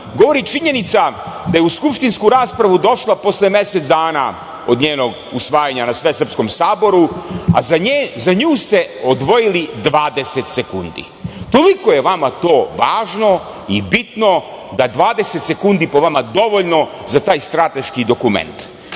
govori činjenica da je u skupštinsku raspravu došla posle mesec dana od njenog usvajanja na Svesrpskom saboru, a za nju ste odvojili 20 sekundi. Toliko je vama to važno i bitno da je 20 sekundi, po vama, dovoljno za taj strateški dokument